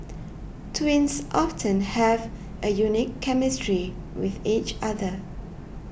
twins often have a unique chemistry with each other